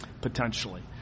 potentially